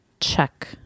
check